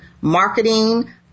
marketing